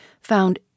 found